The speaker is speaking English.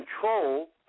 control